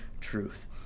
truth